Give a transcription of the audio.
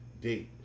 Date